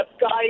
guys